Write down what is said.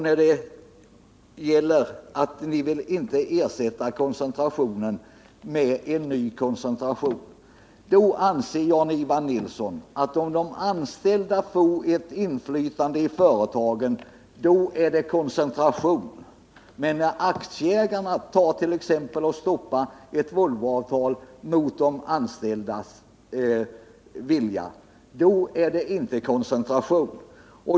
Ni säger att ni inte vill ersätta koncentrationen med en ny koncentration. Jan-Ivan Nilsson anser att om de anställda får ett inflytande i företagen, då är det koncentration, men när aktieägarna t.ex. stoppar ett Volvoavtal mot de anställdas vilja, då är det inte koncentration.